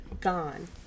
gone